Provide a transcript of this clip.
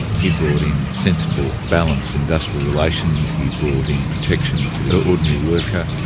he brought in sensible, balanced industrial relations, he brought in protection for the ordinary worker.